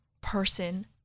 person